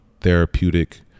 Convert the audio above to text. therapeutic